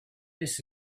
this